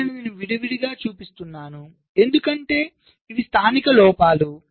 నేను దీనిని విడిగా చూపిస్తున్నాను ఎందుకంటే ఇవి స్థానిక లోపాలు